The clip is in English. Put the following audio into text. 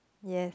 yes